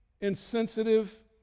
insensitive